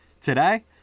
today